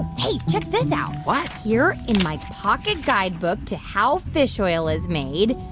hey, check this out what? here in my pocket guidebook to how fish oil is made,